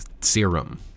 serum